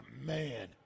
Man